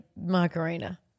Macarena